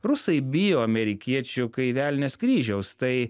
rusai bijo amerikiečių kaip velnias kryžiaus tai